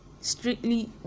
strictly